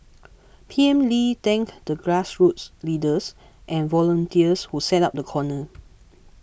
P M Lee thanked the grassroots leaders and volunteers who set up the corner